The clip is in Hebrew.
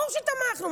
ברור שתמכנו.